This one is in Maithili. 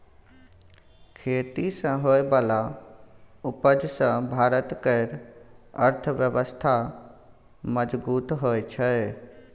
खेती सँ होइ बला उपज सँ भारत केर अर्थव्यवस्था मजगूत होइ छै